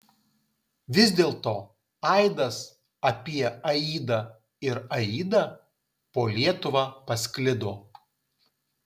vis dėlto aidas apie aidą ir aidą po lietuvą pasklido